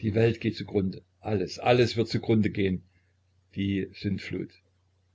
die welt geht zu grunde alles alles wird zu grunde gehn die sündflut